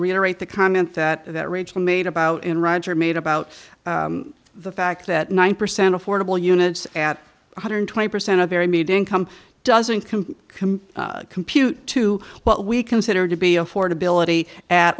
reiterate the comment that rachel made about in roger made about the fact that nine percent affordable units at one hundred twenty percent a very media income doesn't come compute to what we consider to be affordability at